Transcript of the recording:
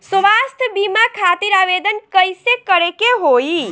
स्वास्थ्य बीमा खातिर आवेदन कइसे करे के होई?